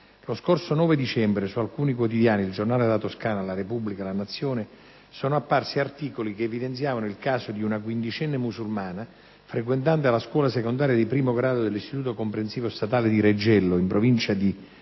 Lo scorso 9 dicembre su alcuni quotidiani («Il Giornale della Toscana», «la Repubblica», «La Nazione») sono apparsi articoli che evidenziavano il caso di una quindicenne musulmana frequentante la scuola secondaria di primo grado dell'Istituto comprensivo statale di Reggello, in provincia di Firenze,